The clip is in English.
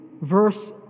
verse